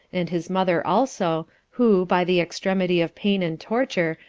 and his mother also, who, by the extremity of pain and torture,